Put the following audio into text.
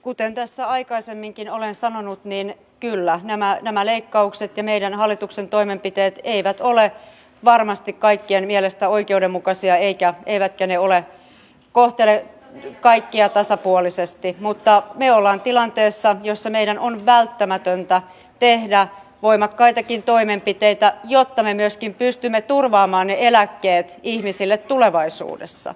kuten tässä aikaisemminkin olen sanonut niin kyllä nämä leikkaukset ja meidän hallituksen toimenpiteet eivät ole varmasti kaikkien mielestä oikeudenmukaisia eivätkä ne kohtele kaikkia tasapuolisesti mutta me olemme tilanteessa jossa meidän on välttämätöntä tehdä voimakkaitakin toimenpiteitä jotta me myöskin pystymme turvaamaan ne eläkkeet ihmisille tulevaisuudessa